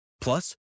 Plus